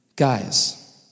guys